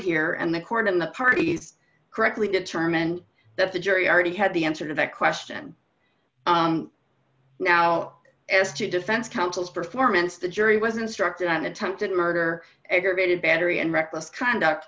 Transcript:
here and the court and the parties correctly determined that the jury already had the answer to that question now as to defense counsel's performance the jury was instructed on attempted murder aggravated battery and reckless conduct